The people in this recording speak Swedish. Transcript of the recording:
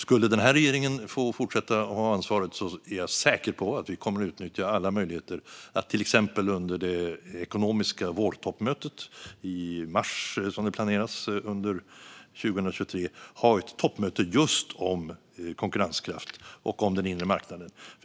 Skulle den här regeringen få fortsätta att ha ansvaret är jag säker på att vi kommer att utnyttja alla möjligheter, till exempel genom att under det ekonomiska vårtoppmöte som planeras till mars 2023 ha ett toppmöte just om konkurrenskraft och den inre marknaden.